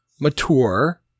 mature